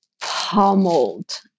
pummeled